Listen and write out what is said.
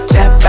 Tap